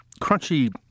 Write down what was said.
crunchy